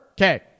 Okay